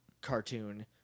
cartoon